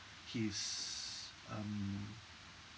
his um